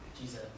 Jesus